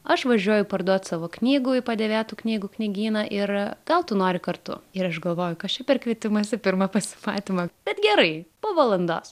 aš važiuoju parduot savo knygų į padėvėtų knygų knygyną ir gal tu nori kartu ir aš galvoju kas čia per kvietimas į pirmą pasimatymą bet gerai po valandos